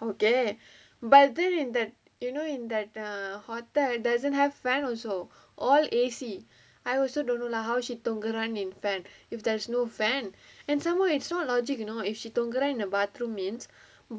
okay but then in that you know in that err hotel that doesn't have fan also all A_C I also don't know lah how she தொங்குறான்:thonguraan run in the fan if there is no fan and some more is so logic you know if she தொங்குறான்:thonguraan in the bathroom means